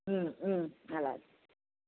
అలాగే